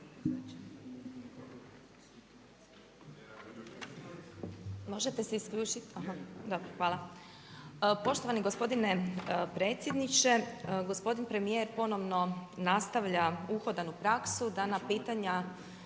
**Glasovac, Sabina (SDP)** Poštovani gospodine predsjedniče, gospodin premijer ponovno nastavlja uhodanu praksu da na pitanja